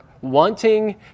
wanting